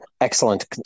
Excellent